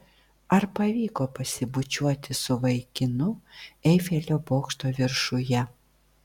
ar pavyko pasibučiuoti su vaikinu eifelio bokšto viršuje